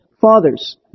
Fathers